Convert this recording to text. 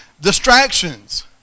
Distractions